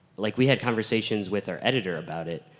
like we had conversations with our editor about it.